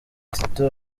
tito